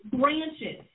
branches